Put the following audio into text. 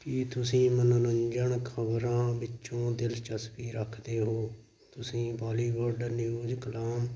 ਕੀ ਤੁਸੀਂ ਮਨੋਰੰਜਨ ਖਬਰਾਂ ਵਿੱਚ ਦਿਲਚਸਪੀ ਰੱਖਦੇ ਹੋ ਤੁਸੀਂ ਬਾਲੀਵੁੱਡ ਨਿਊਜ਼ ਕੋਲਮ